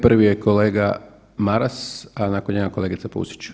Prvi je kolega Maras, a nakon njega kolegica Pusić.